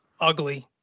ugly